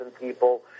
people